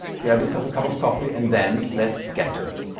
grab yourself a cup of coffee and then let's get to it.